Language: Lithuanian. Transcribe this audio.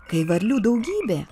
kai varlių daugybė